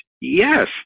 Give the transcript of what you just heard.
yes